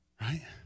Right